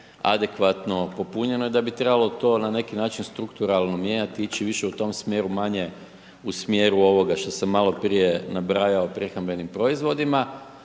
adekvatno popunjeno i da bi trebalo to na neki način strukturalno mijenjati, i ići više u tom smjeru, manje u smjeru ovoga što sam maloprije nabrajao o prehrambenim proizvodima,